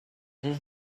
his